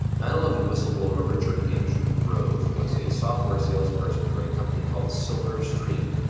nine eleven whistleblower richard andrew grove was a software salesperson for a company called silverstream.